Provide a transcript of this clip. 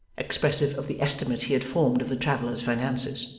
expressive of the estimate he had formed of the travellers' finances.